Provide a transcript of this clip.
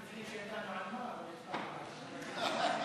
הצבענו לפני שידענו על מה, אבל הצבענו בעד.